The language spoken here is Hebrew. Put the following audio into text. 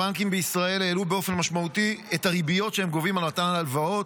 הבנקים בישראל העלו באופן משמעותי את הריביות שהם גובים על מתן הלוואות,